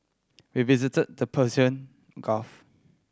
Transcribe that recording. we visited the Persian Gulf